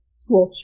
school